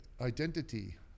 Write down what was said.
identity